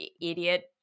idiot